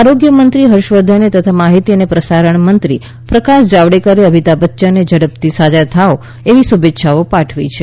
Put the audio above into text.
આરોગ્યમંત્રી હર્ષવર્ધન તથા માહિતી અને પ્રસારણમંત્રી પ્રકાશ જાવડેકરે અમિતાભ બચ્યનને ઝડપથી સાજા થાઓ એવી થવા માટે શુભેચ્છાઓ પાઠવી છે